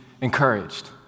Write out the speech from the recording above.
encouraged